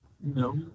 No